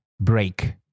break